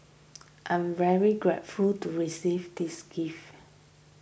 I'm very grateful to receive these gifts